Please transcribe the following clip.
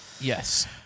Yes